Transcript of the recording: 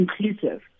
inclusive